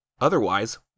Otherwise